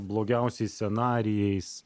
blogiausiais scenarijais